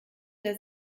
der